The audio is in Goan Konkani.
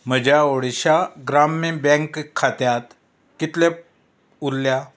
म्हज्या ओडिशा ग्राम्य बँक खात्यांत कितले उरल्यात